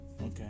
Okay